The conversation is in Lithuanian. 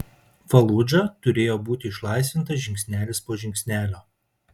faludža turėjo būti išlaisvinta žingsnelis po žingsnelio